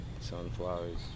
sunflowers